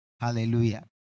hallelujah